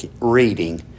reading